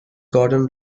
gordon